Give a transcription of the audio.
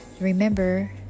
remember